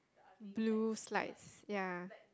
blue slides ya